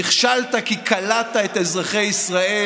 נכשלת כי כלאת את אזרחי ישראל